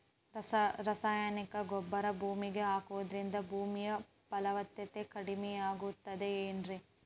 ರಾಸಾಯನಿಕ ಗೊಬ್ಬರ ಭೂಮಿಗೆ ಹಾಕುವುದರಿಂದ ಭೂಮಿಯ ಫಲವತ್ತತೆ ಕಡಿಮೆಯಾಗುತ್ತದೆ ಏನ್ರಿ?